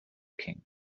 king